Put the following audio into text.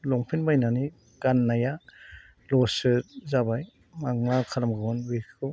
लंपेन्ट बायनानै गाननाया लससो जाबाय आं मा खालामबावनो बेखौ